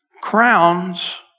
Crowns